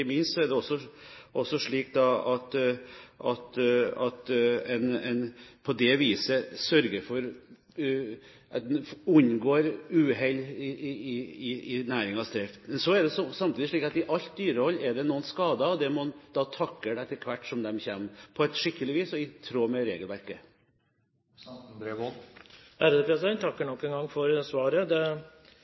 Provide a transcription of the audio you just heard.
minst er det også slik at en på det viset sørger for å unngå uhell i næringsdriften. Så er det samtidig slik at i alt dyrehold er det noen skader. Det må en takle etter hvert som de oppstår, på skikkelig vis og i tråd med regelverket. Jeg takker nok en gang for svaret. Det